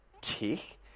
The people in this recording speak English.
tick